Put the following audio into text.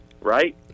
right